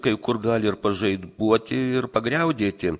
kai kur gali ir pažaibuoti ir pagriaudėti